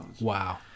Wow